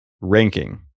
ranking